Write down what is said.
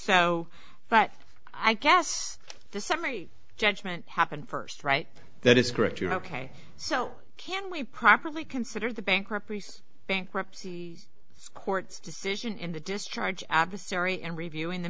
so but i guess the summary judgment happened first right that is correct you're ok so can we properly consider the bankrupt bankruptcy court decision in the discharge adversary and reviewing the